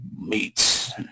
meats